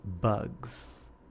bugs